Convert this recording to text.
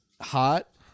hot